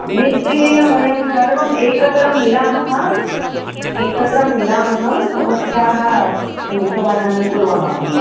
निश्चयेन वयं सर्वम् एकत्र मिलामः एकत्र मिलामः समस्याः किं समाधानं कुर्मः अहम्